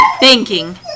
Banking